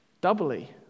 doubly